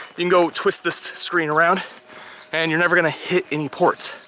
can go twist this screen around and you're never gonna hit any ports.